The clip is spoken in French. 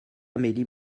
amélie